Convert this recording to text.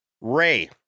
Ray